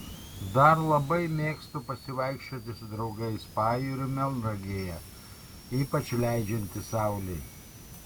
dar labai mėgstu pasivaikščioti su draugais pajūriu melnragėje ypač leidžiantis saulei